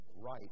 right